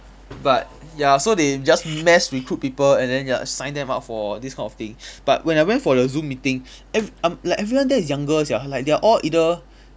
but ya so they just mass recruit people and then ya sign them up for this kind of thing but when I went for zoom meeting ev~ um like everyone there is younger sia like they are all either